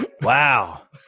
Wow